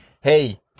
Hey